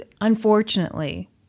unfortunately